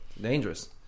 dangerous